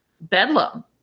bedlam